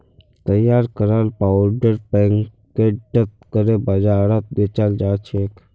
तैयार कराल पाउडर पैकेटत करे बाजारत बेचाल जाछेक